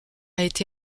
été